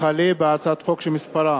הצעת חוק לתיקון